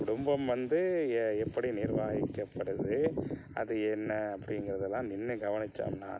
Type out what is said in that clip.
குடும்பம் வந்து ஏ எப்படி நிர்வாகிக்கப்படுது அது என்ன அப்படிங்கிறதலாம் நின்று கவனிச்சோம்னால்